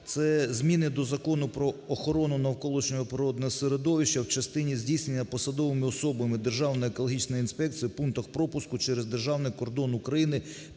Це зміни до Закону про охорону навколишнього природного середовища в частині здійснення посадовими особами Державної екологічної інспекції в пунктах пропуску через державний кордон України